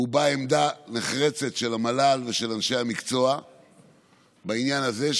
הובעה עמדה נחרצת של המל"ל ושל אנשי המקצוע בעניין הזה,